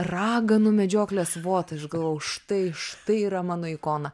raganų medžioklės votai aš galvojau štai štai yra mano ikona